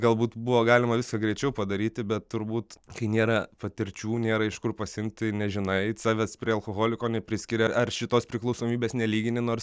galbūt buvo galima viską greičiau padaryti bet turbūt kai nėra patirčių nėra iš kur pasiimt tai nežinai savęs prie alkoholiko nepriskiria ar šitos priklausomybės nelygini nors